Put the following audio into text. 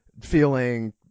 feeling